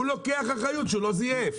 הוא לוקח אחריות שהוא לא זייף.